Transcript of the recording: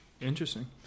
Interesting